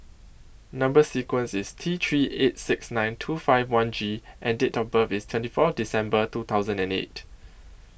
Number sequence IS T three eight six nine two five one G and Date of birth IS twenty four December two thousand and eight